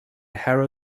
harrow